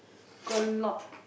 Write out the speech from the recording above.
got a lot